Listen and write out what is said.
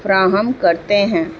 فراہم کرتے ہیں